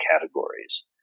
categories